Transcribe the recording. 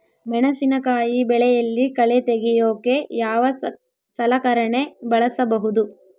ಮೆಣಸಿನಕಾಯಿ ಬೆಳೆಯಲ್ಲಿ ಕಳೆ ತೆಗಿಯೋಕೆ ಯಾವ ಸಲಕರಣೆ ಬಳಸಬಹುದು?